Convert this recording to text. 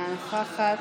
אינו נוכח,